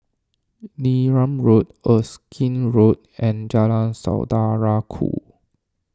Neram Road Erskine Road and Jalan Saudara Ku